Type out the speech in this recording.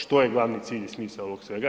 Što je glavni cilj i smisao ovog svega?